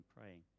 praying